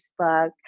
Facebook